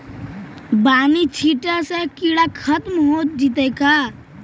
बानि छिटे से किड़ा खत्म हो जितै का?